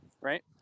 Right